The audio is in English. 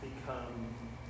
become